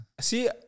see